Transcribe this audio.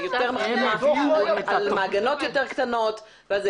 עם מעגנות יותר קטנות.